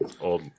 old